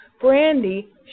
Brandy